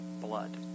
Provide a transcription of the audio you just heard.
blood